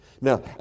Now